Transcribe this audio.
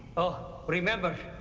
oh, remember,